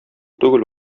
түгел